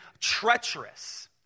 treacherous